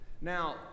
Now